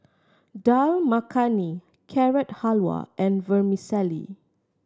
Dal Makhani Carrot Halwa and Vermicelli